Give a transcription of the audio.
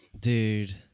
Dude